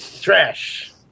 trash